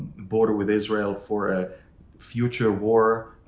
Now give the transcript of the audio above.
border with israel for a future war.